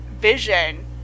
vision